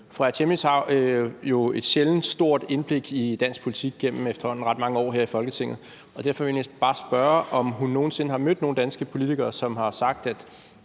Fru Aaja Chemnitz har jo et sjældent stort indblik i dansk politik gennem efterhånden ret mange år her i Folketinget, og derfor vil jeg egentlig bare spørge, om hun nogen sinde har mødt nogen danske politikere, som har sagt,